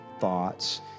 thoughts